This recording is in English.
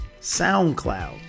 SoundCloud